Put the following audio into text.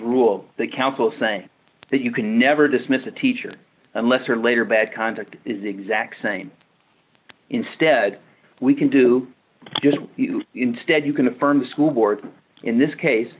rule the council think that you can never dismiss a teacher unless her later bad conduct is the exact same instead we can do just instead you can affirm the school board in this case